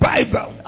Bible